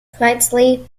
priestley